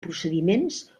procediments